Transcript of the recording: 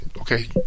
Okay